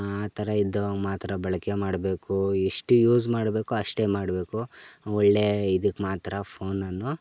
ಆ ಥರ ಇದ್ದವಾಗ ಮಾತ್ರ ಬಳಕೆ ಮಾಡಬೇಕು ಎಷ್ಟು ಯೂಸ್ ಮಾಡಬೇಕೋ ಅಷ್ಟೇ ಮಾಡಬೇಕು ಒಳ್ಳೆ ಇದಕ್ಕೆ ಮಾತ್ರ ಫೋನನ್ನು